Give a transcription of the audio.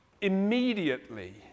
immediately